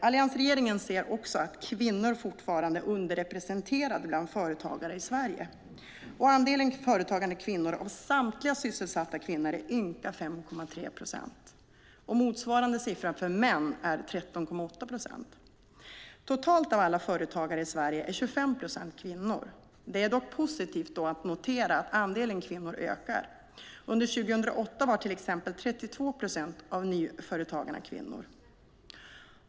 Alliansregeringen ser också att kvinnor fortfarande är underrepresenterade bland företagare i Sverige. Andelen företagande kvinnor av samtliga sysselsatta kvinnor är ynka 5,3 procent. Motsvarande siffra för män är 13,8 procent. Totalt av alla företagare i Sverige är 25 procent kvinnor. Det är dock positivt att notera att andelen kvinnor ökar. Under 2008 var till exempel 32 procent av nyföretagarna kvinnor.